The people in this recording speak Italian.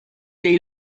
dei